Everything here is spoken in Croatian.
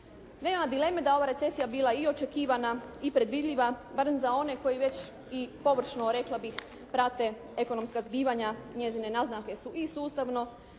Nema dileme da je ova recesija bila i očekivana i predvidljiva barem za one koji već i površno rekla bih prate ekonomska zbivanja. Njezine naznake su i sustavno